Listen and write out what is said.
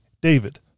David